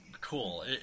cool